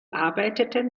arbeiteten